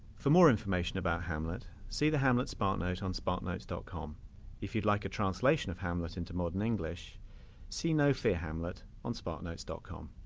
for more information about hamlet see the hamlet sparknote on sparknotes dot com if you'd like a translation of hamlet into modern english see no fear hamlet on sparknotes dot com